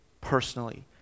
Personally